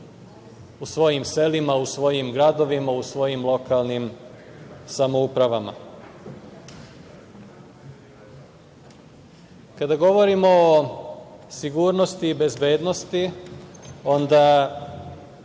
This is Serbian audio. u svojim selima, u svojim gradovima, u svojim lokalnim samoupravama. Kada govorimo o sigurnosti i bezbednosti, onda